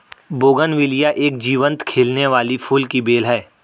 bougainvillea एक जीवंत खिलने वाली फूल की बेल है